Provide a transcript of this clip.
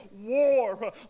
war